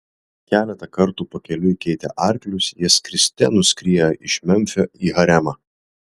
keletą kartų pakeliui keitę arklius jie skriste nuskriejo iš memfio į haremą